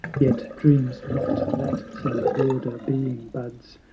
yet dreams not that some broader being buds,